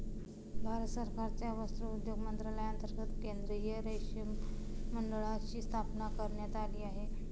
भारत सरकारच्या वस्त्रोद्योग मंत्रालयांतर्गत केंद्रीय रेशीम मंडळाची स्थापना करण्यात आली आहे